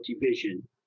division